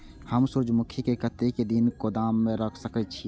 हम सूर्यमुखी के कतेक दिन गोदाम में रख सके छिए?